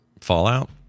fallout